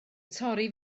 torri